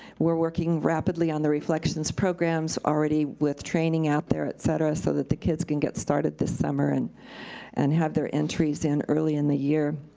we're working rapidly on the reflections programs, already with training out there, et cetera, so that the kids can get started this summer and and have their entries in early in the year.